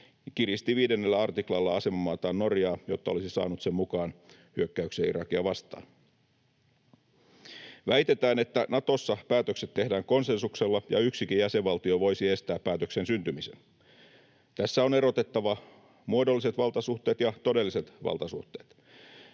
kiristi 5 artiklalla asemamaataan Norjaa, jotta olisi saanut sen mukaan hyökkäykseen Irakia vastaan. Väitetään, että Natossa päätökset tehdään konsensuksella ja yksikin jäsenvaltio voisi estää päätöksen syntymisen. Tässä on erotettava muodolliset valtasuhteet ja todelliset valtasuhteet.